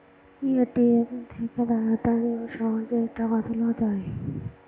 ATM থেকে তাড়াতাড়ি ও সহজেই টাকা তোলা যায়